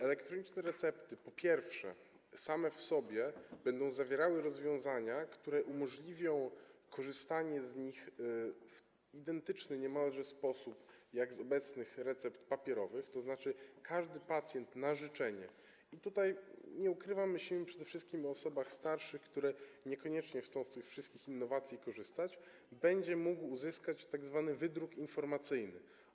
Elektroniczne recepty, po pierwsze, same w sobie będą zawierały rozwiązania, które umożliwią korzystanie z nich w identyczny niemalże sposób, jak z obecnych recept papierowych, tzn. każdy pacjent na życzenie - i tutaj nie ukrywamy, że myślimy przede wszystkim o osobach starszych, które niekoniecznie chcą z tych wszystkich innowacji korzystać - będzie mógł uzyskać tzw. wydruk informacyjny.